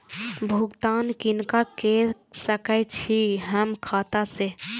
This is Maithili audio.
भुगतान किनका के सकै छी हम खाता से?